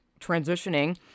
transitioning